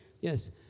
yes